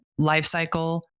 lifecycle